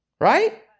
Right